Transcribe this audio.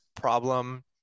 problem